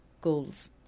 goals